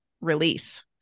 release